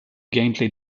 gameplay